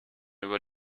über